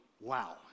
wow